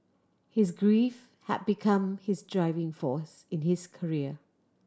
his grief had become his driving force in his career